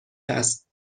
است